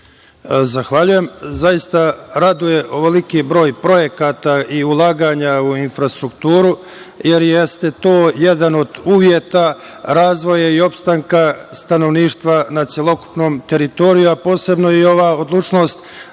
Zahvaljujem. Zaista raduje ovoliki broj projekata i ulaganja u infrastrukturu, jer jeste to jedan od uslova razvoja i opstanka stanovništva na celokupnoj teritoriji, a posebno i ova odlučnost